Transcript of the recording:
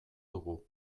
dugu